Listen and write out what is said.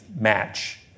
match